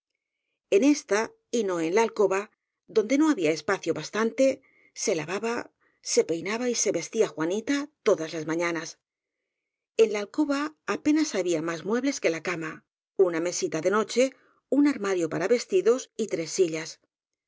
en ésta y no en la alcoba donde no había espacio bastante se lavaba se peinaba y se vestía juanita todas las mañanas en la alcoba ape nas había más muebles que la cama una mesita de noche un armario para vestidos y tres sillas